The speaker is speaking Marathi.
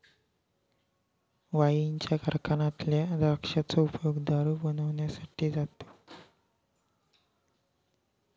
वाईनच्या कारखान्यातल्या द्राक्षांचो उपयोग दारू बनवच्यासाठी जाता